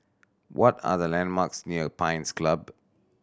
what are the landmarks near Pines Club